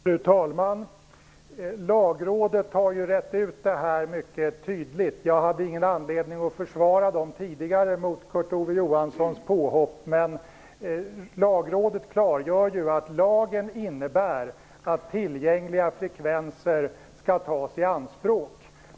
Fru talman! Lagrådet har rett ut detta mycket tydligt. Jag hade ingen anledning att försvara Lagrådet mot Kurt Ove Johanssons påhopp tidigare. Men Lagrådet klargör att lagen innebär att tillgängliga frekvenser skall tas i anspråk.